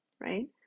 right